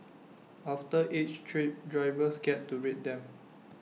after each trip drivers get to rate them